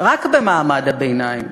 רק במעמד הביניים.